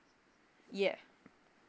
yeah